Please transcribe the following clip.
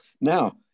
Now